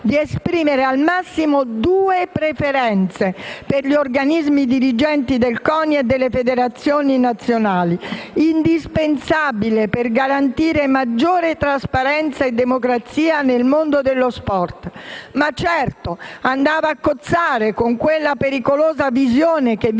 di esprimere al massimo due preferenze per gli organismi dirigenti del CONI e delle federazioni nazionali, indispensabile per garantire maggiore trasparenza e democrazia nel mondo dello sport, ma che certamente andava a cozzare con quella pericolosa visione che vede